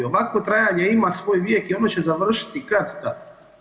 Ovakvo trajanje ima svoj vijek i ono će završiti kad-tad.